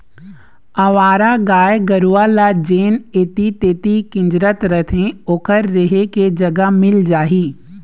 अवारा गाय गरूवा ल जेन ऐती तेती किंजरत रथें ओखर रेहे के जगा मिल जाही